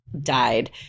died